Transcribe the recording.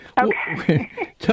Okay